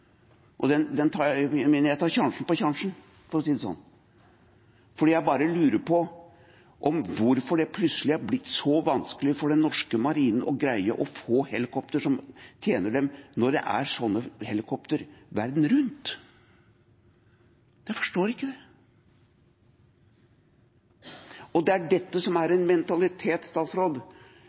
jeg tar sjansen på den sjansen, for å si det slik, for jeg lurer på hvorfor det plutselig er blitt så vanskelig for den norske marinen å greie å få helikopter som tjener dem, når det er slike helikopter verden rundt. Jeg forstår ikke det. Det er dette som er en